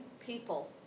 people